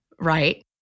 Right